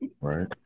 Right